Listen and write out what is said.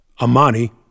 Amani